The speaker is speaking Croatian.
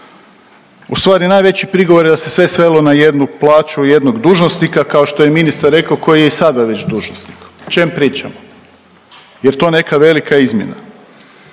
U stvari najveći prigovor je da se sve svelo na jednu plaću jednog dužnosnika kao što je ministar rekao koji je i sada već dužnosnik, o čem pričamo. Jel to neka velika izmjena.